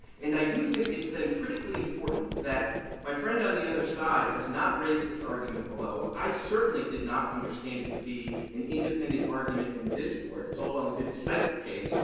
and i do think it's then critically important that my friend on the other side has not raised this argument below. i certainly did not understand it to be an independent argument in this court. it's all well and good to cite the case,